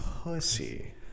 pussy